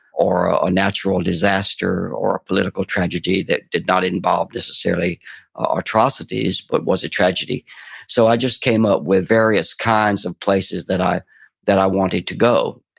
or a natural disaster, or a political tragedy that did not involve necessarily ah atrocities, but was a tragedy so i just came up with various kinds of places that i that i wanted to go,